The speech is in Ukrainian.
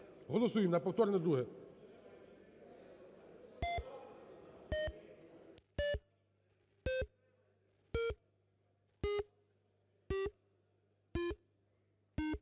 Голосуємо на повторне друге.